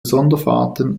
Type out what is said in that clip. sonderfahrten